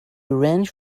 orange